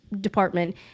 department